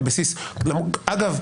אגב,